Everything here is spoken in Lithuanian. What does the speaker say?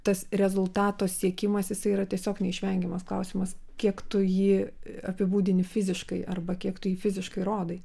tas rezultato siekimas jis yra tiesiog neišvengiamas klausimas kiek tu jį apibūdini fiziškai arba kiek tu jį fiziškai rodai